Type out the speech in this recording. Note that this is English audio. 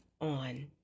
on